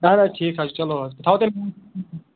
اَہن حظ ٹھیٖک حظ چھُ چلو حظ بہٕ تھاوَو تیٚلہِ